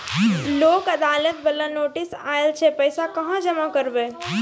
लोक अदालत बाला नोटिस आयल छै पैसा कहां जमा करबऽ?